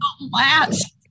last